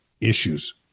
issues